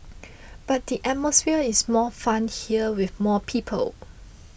but the atmosphere is more fun here with more people